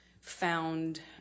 found